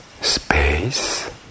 space